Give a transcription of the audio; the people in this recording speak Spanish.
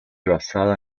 basada